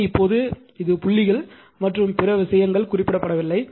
எனவே இப்போது இது புள்ளிகள் மற்றும் பிற விஷயங்கள் குறிப்பிடப்படவில்லை